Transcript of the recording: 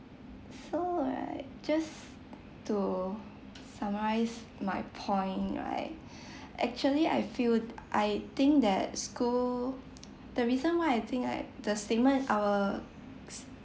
so right just to summarize my point right actually I feel I think that school the reason why I think like the statement our